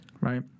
Right